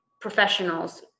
professionals